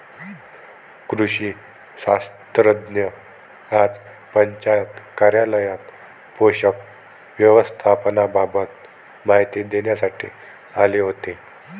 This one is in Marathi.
कृषी शास्त्रज्ञ आज पंचायत कार्यालयात पोषक व्यवस्थापनाबाबत माहिती देण्यासाठी आले होते